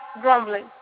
grumbling